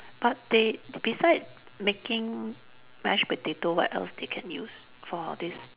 but they beside making mashed potato what else they can use for this